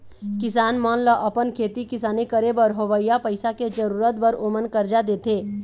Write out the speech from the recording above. किसान मन ल अपन खेती किसानी करे बर होवइया पइसा के जरुरत बर ओमन करजा देथे